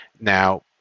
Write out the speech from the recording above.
Now